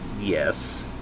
yes